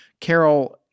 Carol